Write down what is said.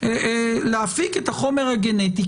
להפיק את החומר הגנטי,